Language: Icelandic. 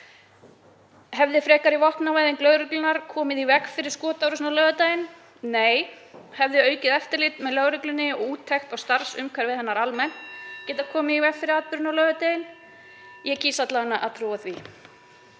Hefði frekari vopnavæðing lögreglunnar komið í veg fyrir skotárásina á laugardaginn? Nei. Hefði aukið eftirlit með lögreglunni, úttekt á starfsumhverfi hennar almennt, getað komið í veg fyrir atburðinn á laugardaginn? Ég kýs alla vega að trúa því.